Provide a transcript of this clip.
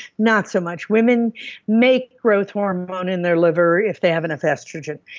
not so much. women make growth hormone in their liver if they have enough estrogen.